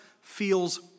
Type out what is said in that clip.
feels